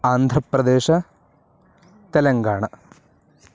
आन्ध्रप्रदेशः तेलङ्गाण